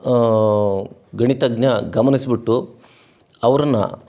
ಗಣಿತಜ್ಞ ಗಮನಿಸ್ಬಿಟ್ಟು ಅವ್ರನ್ನು